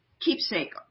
keepsake